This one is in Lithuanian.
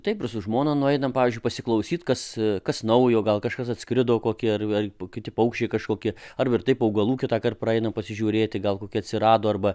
taip ir su žmona nu nueinam pavyzdžiui pasiklausyt kas kas naujo gal kažkas atskrido kokie ar gal kiti paukščiai kažkokie ar taip augalų kitąkart praeinu pasižiūrėti gal kokia atsirado arba